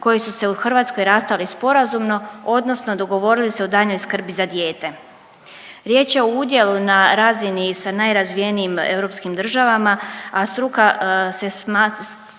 koji su se u Hrvatskoj rastali sporazumno, odnosno dogovorili se o daljnjoj skrbi za dijete. Riječ je udjelu na razini sa najrazvijenijim europskim državama, a struka se slaže